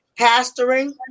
pastoring